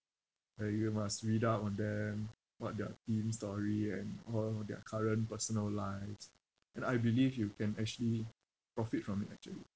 where you must read up on them what their team's story and all their current personal lives and I believe you can actually profit from it actually